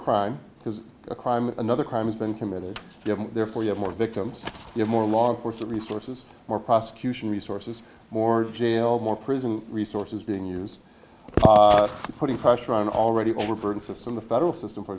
crime because a crime another crime has been committed given therefore you have more victims here more law enforcement resources more prosecution resources more jail more prison resources being used putting pressure on an already overburdened system the federal system for